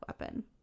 weapon